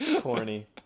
Corny